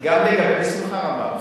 בשמחה רבה.